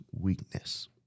weakness